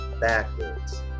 backwards